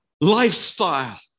lifestyle